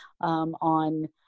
on